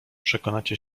przekonacie